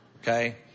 Okay